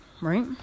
Right